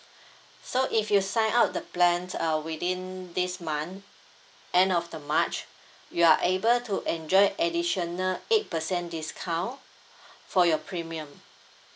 so if you sign up the plans uh within this month end of the march you are able to enjoy additional eight percent discount for your premium